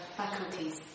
faculties